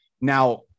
Now